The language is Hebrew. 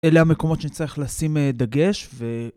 אלה המקומות שצריך לשים דגש ו...